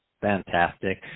Fantastic